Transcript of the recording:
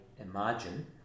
imagine